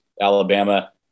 Alabama